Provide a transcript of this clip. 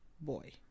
boy